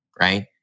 right